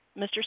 Mr